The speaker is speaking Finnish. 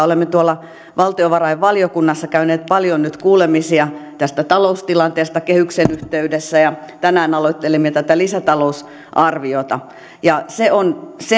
olemme tuolla valtiovarainvaliokunnassa käyneet paljon nyt kuulemisia tästä taloustilanteesta kehyksen yhteydessä ja tänään aloittelimme tätä lisätalousarviota se mikä minua todella huolestuttaa on se